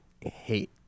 hate